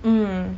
mm